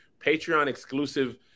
Patreon-exclusive